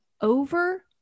over